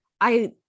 I-